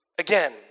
again